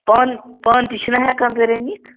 پانہٕ پانہٕ تہِ چھِنا ہٮ۪کان گرے نِتھ